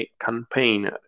campaign